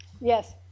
Yes